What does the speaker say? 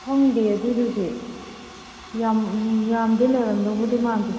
ꯈꯪꯗꯦ ꯑꯗꯨꯒꯤꯗꯤ ꯌꯥꯝꯗꯤ ꯂꯩꯔꯝꯗꯧꯕꯗꯤ ꯃꯥꯟꯗꯦ